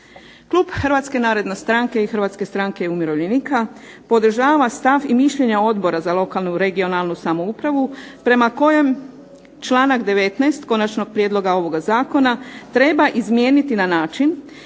Klub Hrvatske narodne stranke i Hrvatske stranke umirovljenika podržava stav i mišljenje Odbora za lokalnu i regionalnu samoupravu prema kojem članak 19. Konačnog prijedloga ovoga zakona treba izmijeniti na način